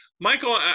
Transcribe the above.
Michael